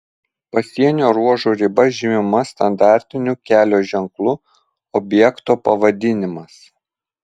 pasienio ruožo riba žymima standartiniu kelio ženklu objekto pavadinimas